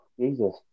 Jesus